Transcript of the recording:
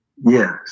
yes